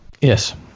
yes